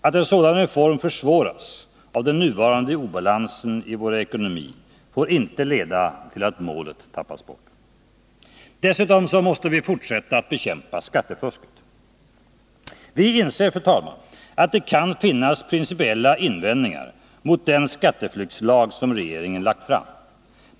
Att en sådan reform fö av den nuvarande obalansen i vår ekonomi får inte leda till att målet tappas Dessutom måste vi fortsätta att bekämpa skattefusket. Vi inser, fru talman, att det kan finnas principiella invändningar mot den skatteflyktslag som regeringen lagt fram.